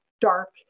dark